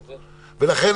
לכן,